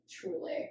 Truly